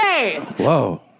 Whoa